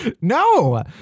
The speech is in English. No